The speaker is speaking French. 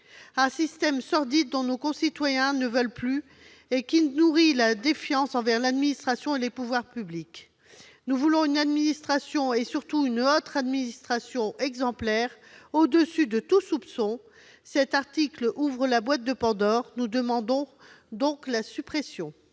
Un système sordide, dont nos concitoyens ne veulent plus et qui nourrit la défiance envers l'administration et les pouvoirs publics. Nous voulons une administration- une haute administration surtout -exemplaire, au-dessus de tout soupçon. Cet article ouvre la boîte de Pandore, et c'est pourquoi nous en demandons la suppression.